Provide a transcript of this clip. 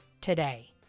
today